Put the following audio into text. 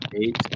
eight